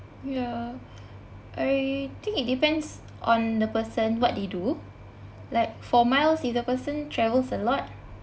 ya I think it depends on the person what they do like for miles if the person travels a lot